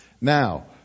Now